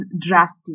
drastic